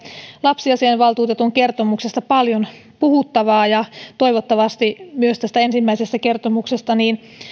lapsiasiainvaltuutetun kertomuksesta paljon puhuttavaa ja toivottavasti myös tästä ensimmäisestä kertomuksesta niin